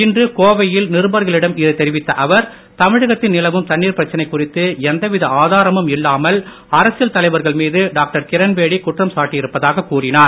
இன்று கோவையில் நிருபர்களிடம் இதை தெரிவித்த அவர் தமிழகத்தில் நிலவும் தண்ணீர் பிரச்சனை குறித்து எந்த வித ஆதாரமும் இல்லாமல் அரசியல் தலைவர்கள் மீது டாக்டர் கிரண் பேடி குற்றம் சாட்டியிருப்பதாக கூறினார்